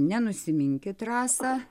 nenusiminkit rasa